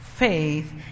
Faith